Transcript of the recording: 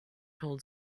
told